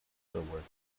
entertainers